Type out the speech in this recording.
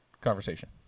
conversation